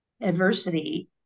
adversity